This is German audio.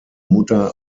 mutter